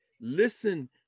Listen